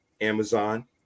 Amazon